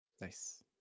Nice